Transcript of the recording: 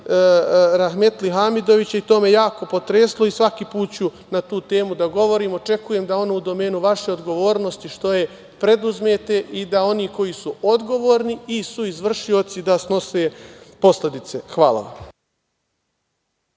rahmetli Hamidoviću i to me je jako potreslo i svaki put ću na tu temu da govorim. Očekujem da u domenu vaše odgovornosti što je, preduzmete, da oni koji su odgovorni i suizvršioci da snose posledice. Hvala.